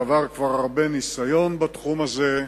צבר כבר הרבה ניסיון בתחום הזה,